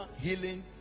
healing